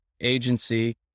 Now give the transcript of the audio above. agency